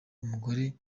umugore